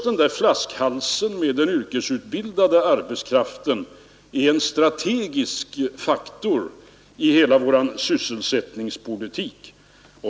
Den flaskhals som den yrkesutbildade arbetskraften utgör är en strategisk faktor i hela vår sysselsättningspolitik.